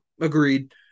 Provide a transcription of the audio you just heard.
Agreed